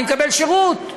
אני מקבל שירות,